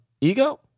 Ego